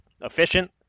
efficient